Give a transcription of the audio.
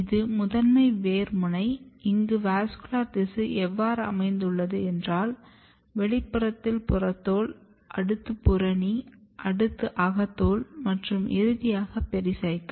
இது முதன்மை வேர் முனை இங்கு வாஸ்குலர் திசு எவ்வாறு அமைந்துள்ளது என்றல் வெளிப்புறத்தில் புறத்தோல் அடுத்து புறணி அடுத்து அகத்தோல் மற்றும் இறுதியாக பெரிசைக்கிள்